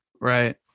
Right